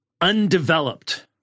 undeveloped